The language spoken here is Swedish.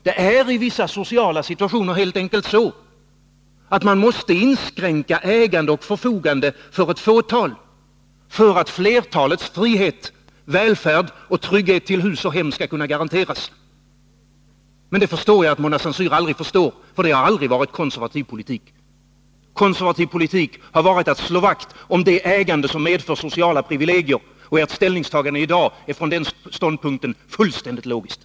Det är i vissa sociala situationer helt enkelt så, att man måste inskränka ägandet och förfogandet för ett fåtal för att flertalets frihet, välfärd och trygghet till hus och hem skall kunna garanteras. Det förstår jag att Mona Saint Cyr aldrig förstår, för det har aldrig varit konservativ politik. Konservativ politik har varit att slå vakt om det ägande som medför sociala privilegier, och ert ställningstagande i dag är från den ståndpunkten fullständigt logiskt.